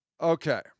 Okay